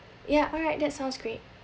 ya alright that sounds great